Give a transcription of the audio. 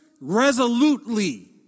resolutely